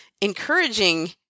encouraging